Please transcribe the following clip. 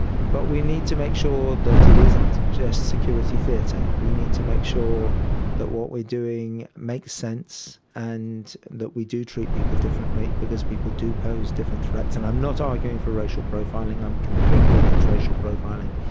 but we need to make sure that it isn't just security theatre. we need to make sure that what we are doing makes sense and that we do treat people differently because people do pose different threats. and i'm not arguing for racial profiling, i'm completely against racial profiling,